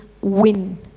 win